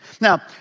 Now